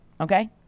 Okay